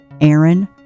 Aaron